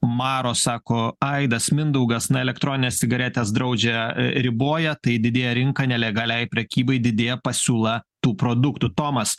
maro sako aidas mindaugas na elektronines cigaretes draudžia riboja tai didėja rinka nelegaliai prekybai didėja pasiūla tų produktų tomas